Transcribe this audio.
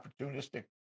opportunistic